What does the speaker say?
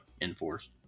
enforce